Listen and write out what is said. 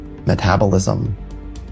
metabolism